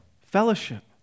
Fellowship